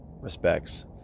respects